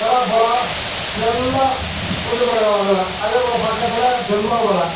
பலாப்பழம் எல்லாம் கொல்லிமலையில் வாங்கலாம் அதே போல பக்கத்தில் பெருமாள் மலை